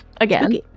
again